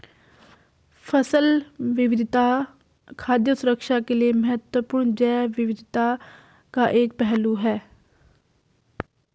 फसल विविधता खाद्य सुरक्षा के लिए महत्वपूर्ण जैव विविधता का एक पहलू है